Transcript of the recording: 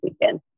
weekend